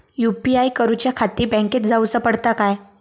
UPI करूच्याखाती बँकेत जाऊचा पडता काय?